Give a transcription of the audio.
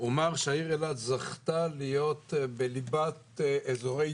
אומר שהעיר אילת זכתה להיות בליבת אזורי